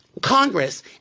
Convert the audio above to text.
Congress